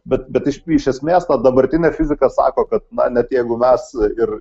bet bet iš iš esmės ta dabartinė fizika sako kad na net jeigu mes ir